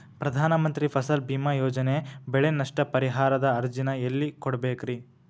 ಪ್ರಧಾನ ಮಂತ್ರಿ ಫಸಲ್ ಭೇಮಾ ಯೋಜನೆ ಬೆಳೆ ನಷ್ಟ ಪರಿಹಾರದ ಅರ್ಜಿನ ಎಲ್ಲೆ ಕೊಡ್ಬೇಕ್ರಿ?